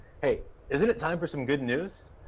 hey! isn't it time for some good news?